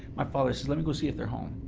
my father, let me go see if they're home.